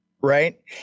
right